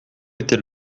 était